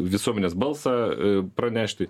visuomenės balsą pranešti